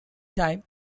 time